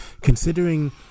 considering